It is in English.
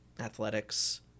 athletics